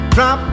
Drop